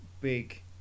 big